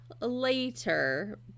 later